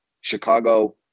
Chicago